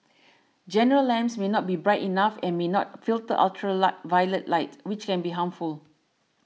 general lamps may not be bright enough and may not filter ultra violet light which can be harmful